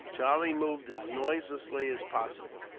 charlie moved as noiselessly as possible.